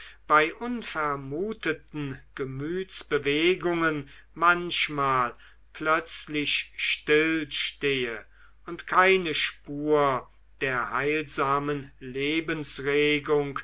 bei unvermuteten gemütsbewegungen manchmal plötzlich stille stehe und keine spur der heilsamen lebensregung